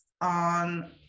on